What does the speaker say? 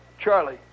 Charlie